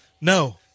no